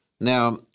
Now